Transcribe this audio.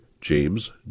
James